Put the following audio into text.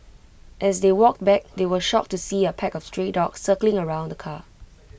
as they walked back they were shocked to see A pack of stray dogs circling around the car